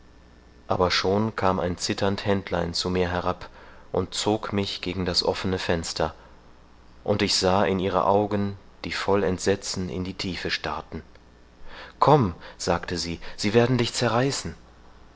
aber schon kam ein zitternd händlein zu mir herab und zog mich gegen das offene fenster und ich sah in ihre augen die voll entsetzen in die tiefe starrten komm sagte sie sie werden dich zerreißen